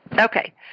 Okay